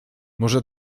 może